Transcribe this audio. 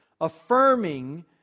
affirming